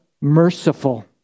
merciful